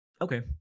Okay